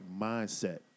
mindset